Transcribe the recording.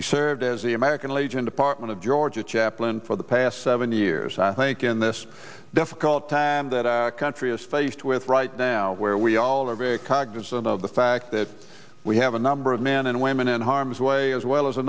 he served as the american legion department of georgia chaplain for the past seven years i think in this difficult time that our country is faced with right now where we all are very cognizant of the fact that we have a number of men and women in harm's way as well as a